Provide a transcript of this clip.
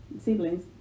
siblings